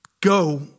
go